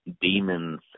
demons